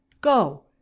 go